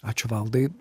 ačiū valdai